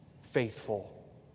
faithful